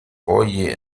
oye